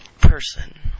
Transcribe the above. person